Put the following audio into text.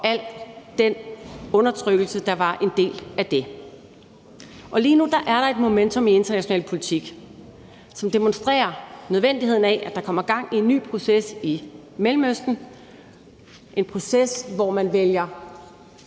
og al den undertrykkelse, der var en del af det. Lige nu er der et momentum i international politik, som demonstrerer nødvendigheden af, at der kommer gang i en ny proces i Mellemøsten, en proces, hvor man vælger